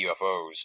UFOs